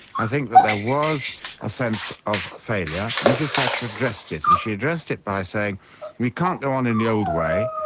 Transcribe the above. i think that there was a sense of failure. mrs thatcher addressed it and she addressed it by saying we can't go on in the old way.